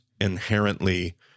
inherently